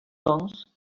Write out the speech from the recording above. doncs